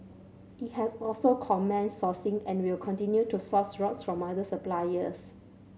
it has also commenced sourcing and will continue to source rocks from other suppliers